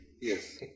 yes